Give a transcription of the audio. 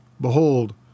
Behold